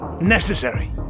necessary